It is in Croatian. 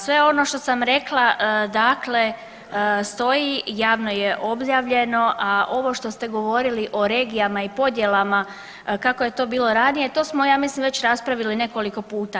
Sve ono što sam rekla stoji i javno je objavljeno, a ovo što ste govorili o regijama i podjelama kako je to bilo ranije, to smo ja mislim već raspravljali nekoliko puta.